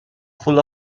full